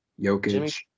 Jokic